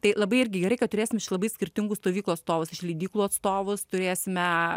tai labai irgi gerai kad turėsim iš labai skirtingų stovyklų atstovus iš leidyklų atstovus turėsime